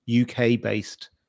UK-based